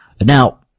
Now